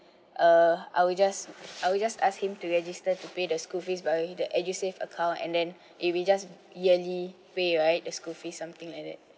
uh I will just I will just ask him to register to pay the school fees via the edusave account and then if we just yearly pay right the school fees something like that